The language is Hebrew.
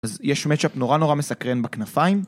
אז יש מצ'אפ נורא נורא מסקרן בכנפיים